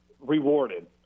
rewarded